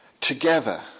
together